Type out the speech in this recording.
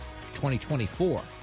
2024